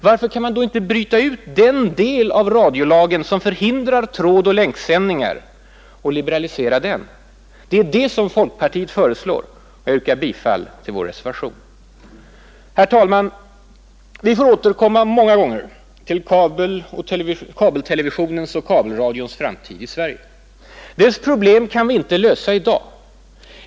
Varför kan man då inte bryta ut den del av radiolagen som förhindrar trådoch länksändningar och liberalisera den? Detta är vad folkpartiet föreslår, och jag yrkar bifall till vår reservation. Herr talman! Vi får återkomma många gånger till kabeltelevisionens och kabelradions framtid i Sverige. Vi kan inte lösa problemen i dag.